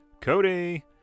Cody